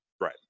Right